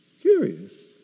Curious